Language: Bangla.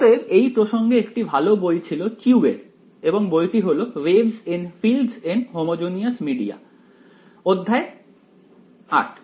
অতএব এই প্রসঙ্গে একটি ভালো বই হলো চিউ এর এবং বইটি হলো "waves in fields in inhomogeneous media" অধ্যায় 8